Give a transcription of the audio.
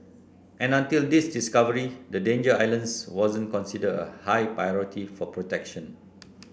and until this discovery the Danger Islands wasn't considered a high priority for protection